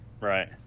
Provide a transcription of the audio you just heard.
Right